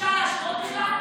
אפשר להשוות בכלל?